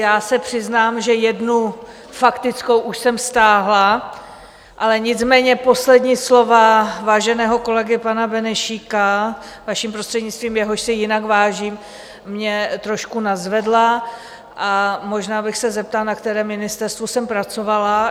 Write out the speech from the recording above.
Já se přiznám, že jednu faktickou už jsem stáhla, ale nicméně poslední slova váženého kolegy pana Benešíka, vaším prostřednictvím, jehož si jinak vážím, mě trošku nadzvedla a možná bych se zeptala, na kterém ministerstvu jsem pracovala.